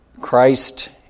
Christ